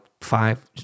five